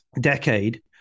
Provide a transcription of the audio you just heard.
decade